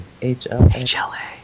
HLA